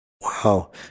Wow